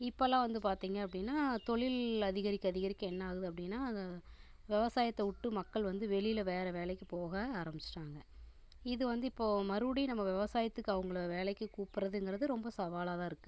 இப்போலாம் வந்து பார்த்திங்க அப்படின்னா தொழில் அதிகரிக்க அதிகரிக்க என்ன ஆகுது அப்படின்னா அதை விவசாயத்த விட்டு மக்கள் வந்து வெளியில் வேறு வேலைக்கு போக ஆரம்பிச்சுட்டாங்க இது வந்து இப்போது மறுபடியும் நம்ம விவசாயத்துக்கு அவங்கள வேலைக்கு கூப்பிட்றதுங்கறது ரொம்ப சவாலாக தான் இருக்குது